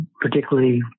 particularly